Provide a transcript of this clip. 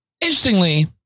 Interestingly